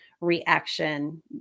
reaction